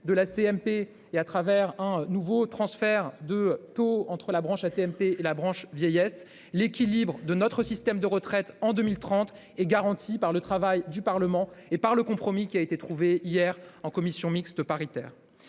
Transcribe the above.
et sous réserve d'un nouveau transfert de taux entre la branche AT-MP et la branche vieillesse, l'équilibre de notre système de retraite en 2030 est garanti par le travail du Parlement et par le compromis qui a été trouvé hier. Voilà, mesdames,